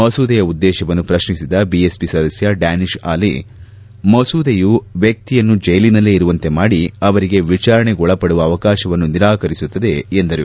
ಮಸೂದೆಯ ಉದ್ದೇಶವನ್ನು ಪ್ರಶ್ನಿಸಿದ ಬಿಎಸ್ಪಿ ಸದಸ್ಯ ಡ್ಥಾನಿತ್ ಅಲಿ ಮಸೂದೆಯೂ ವ್ವಕ್ತಿಯನ್ನು ಜೈಲಿನಲ್ಲೇ ಇರುವಂತೆ ಮಾಡಿ ಅವರಿಗೆ ವಿಚಾರಣೆಗೊಳಪಡುವ ಅವಕಾಶವನ್ನು ನಿರಾಕರಿಸುತ್ತದೆ ಎಂದರು